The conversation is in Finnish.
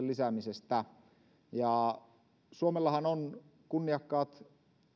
lisäämisestä suomellahan on kunniakkaat